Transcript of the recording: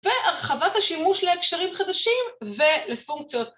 ‫והרחבת השימוש להקשרים חדשים ‫ולפונקציות.